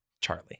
Charlie